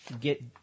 get